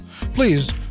please